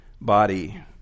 body